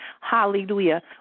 hallelujah